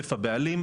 עודף הבעלים,